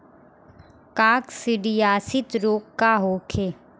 काकसिडियासित रोग का होखे?